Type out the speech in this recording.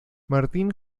martin